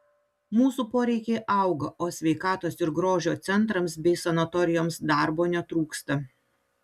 mūsų poreikiai auga o sveikatos ir grožio centrams bei sanatorijoms darbo netrūksta